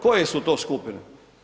Koje su to skupine?